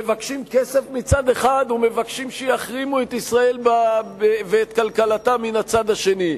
מבקשים כסף מצד אחד ומבקשים שיחרימו את ישראל ואת כלכלתה מן הצד השני,